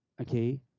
Okay